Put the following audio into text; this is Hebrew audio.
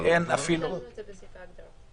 אין אפילו ------ בסעיף ההגדרות.